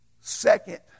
second